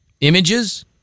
images